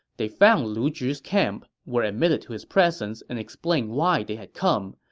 they found lu zhi's camp, were admitted to his presence, and explained why they had come.